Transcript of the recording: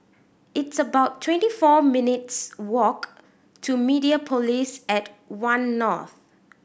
it's about twenty four minutes' walk to Mediapolis at One North